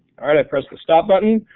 all right, i press the stop button.